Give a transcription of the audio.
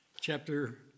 chapter